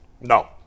No